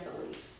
beliefs